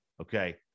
okay